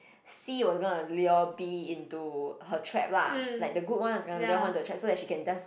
C was gonna lure B into her trap lah like the good one was kena lure her to trap so then she can does